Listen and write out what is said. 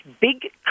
big